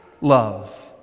love